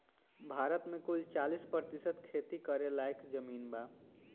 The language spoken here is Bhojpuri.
भारत मे कुल चालीस प्रतिशत खेती करे लायक जमीन बा